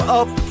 up